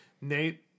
Nate